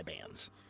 bands